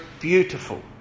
beautiful